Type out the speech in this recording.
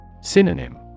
Synonym